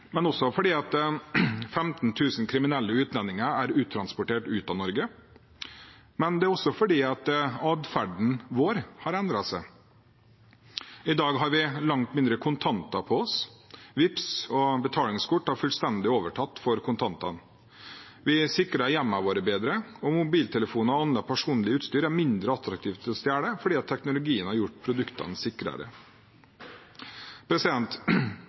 fordi 15 000 kriminelle utlendinger er uttransportert fra Norge, men også fordi atferden vår har endret seg. I dag har vi langt mindre kontanter på oss. Vipps og betalingskort har fullstendig overtatt for kontantene. Vi sikrer hjemmene våre bedre, og mobiltelefoner og annet personlig utstyr er mindre attraktivt å stjele fordi teknologien har gjort produktene sikrere.